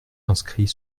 inscrit